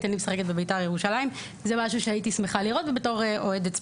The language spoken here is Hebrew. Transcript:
איזה אנשים ירצו להמשיך לתוך הענף הזה?